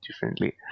differently